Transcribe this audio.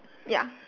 ya